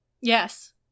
Yes